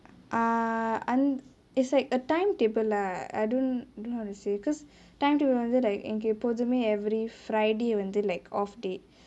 err அந்~:anth~ it's like a timetable lah I don't know how to say because timetable வந்து:vanthu like எனக்கு எப்போதுமே:enaku eppothumae every friday வந்து:vanthu like off day